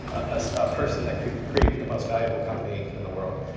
a person that could create the most valuable company in the world.